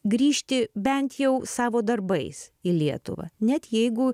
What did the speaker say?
grįžti bent jau savo darbais į lietuvą net jeigu